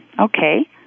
okay